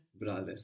Brother